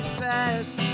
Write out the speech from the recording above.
fast